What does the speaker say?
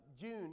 June